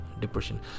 depression